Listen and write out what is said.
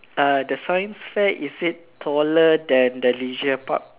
uh the science fair is it taller than the leisure park